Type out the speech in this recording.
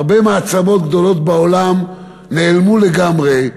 הרבה מעצמות גדולות בעולם נעלמו לגמרי,